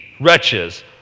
wretches